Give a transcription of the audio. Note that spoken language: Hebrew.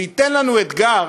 זה ייתן לנו אתגר